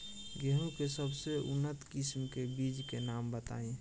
गेहूं के सबसे उन्नत किस्म के बिज के नाम बताई?